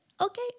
Okay